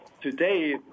today